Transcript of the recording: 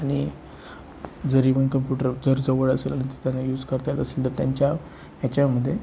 आणि जरी मग कम्प्युटर जर जवळ असेल आणि त्यांना यूज करता येत असेल तर त्यांच्या हेच्यामध्ये